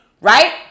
Right